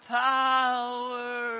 power